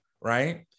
right